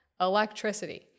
Electricity